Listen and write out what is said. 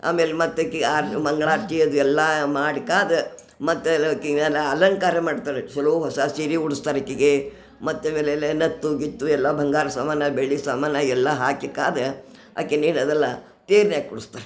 ಆಮೇಲೆ ಮತ್ತಾಕಿ ಮಂಗಳಾರತಿ ಅದು ಎಲ್ಲಾ ಮಾಡ್ಕಾದ ಮತ್ತೆಲ್ಲ ಆಕಿನೆಲ್ಲ ಅಲಂಕಾರ ಮಾಡ್ತಾರೆ ಚಲೋ ಹೊಸ ಸೀರೆ ಉಡಿಸ್ತಾರೆ ಈಕೆಗೆ ನತ್ತು ಗಿತ್ತು ಎಲ್ಲ ಬಂಗಾರ ಸಾಮಾನು ಬೆಳ್ಳಿ ಸಾಮಾನು ಎಲ್ಲ ಹಾಕಿ ಕಾದ ಹಾಕಿ ತೇರ್ನ್ಯಾಗ್ ಕೂರ್ಸ್ತರೆ